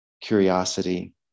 curiosity